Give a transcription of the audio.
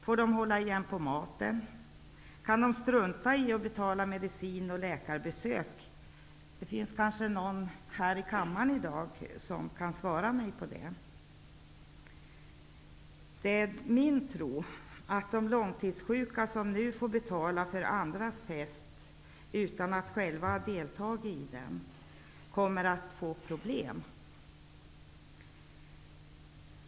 Får de hålla igen på maten? Kan de strunta i att betala för mediciner och läkarbesök? Det finns kanske någon här i kammaren i dag som kan svara på dessa frågor. Jag menar att de långtidssjuka nu får betala för andras fest utan att de själva har fått delta -- och de kommer att få problem.